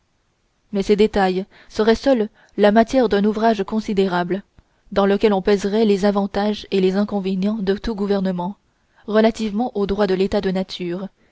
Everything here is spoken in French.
mais ces détails seraient seuls la matière d'un ouvrage considérable dans lequel on pèserait les avantages et les inconvénients de tout gouvernement relativement aux droits de l'état de nature